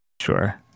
Sure